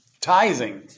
tithing